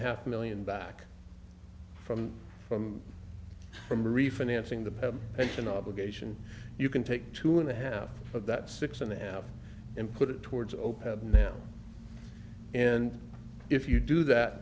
a half million back from from from refinancing the action obligation you can take two and a half of that six and a half and put it towards open now and if you do that